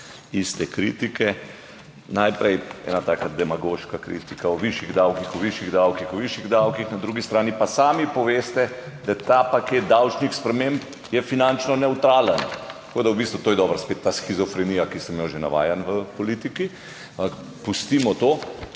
iste kritike. Najprej ena taka demagoška kritika o višjih davkih, o višjih davkih, o višjih davkih. Na drugi strani pa sami poveste, da ta paket davčnih sprememb je finančno nevtralen. Tako da v bistvu to je dobro, spet ta shizofrenija, ki sem jo že navajen v politiki, ampak pustimo to.